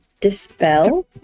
Dispel